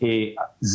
זה